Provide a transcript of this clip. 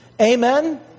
Amen